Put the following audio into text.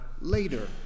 later